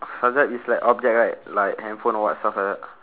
subject is like object right like handphone or what stuff like that